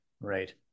right